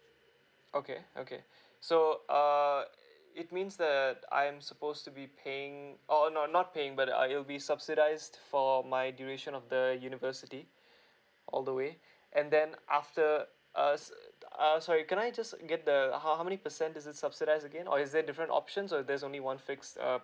okay okay so err it means the I am supposed to be paying oh no not paying but I will be subsidised for my duration of the university all the way and then after us err sorry can I just get the the how how many percent does it subsidise again or is there different options or there's only one fixed uh